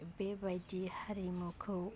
बे बायदि हारिमुखौ